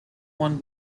one